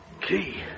key